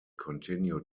continue